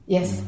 Yes